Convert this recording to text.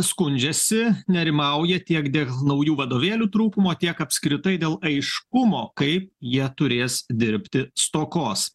skundžiasi nerimauja tiek dėl naujų vadovėlių trūkumo tiek apskritai dėl aiškumo kaip jie turės dirbti stokos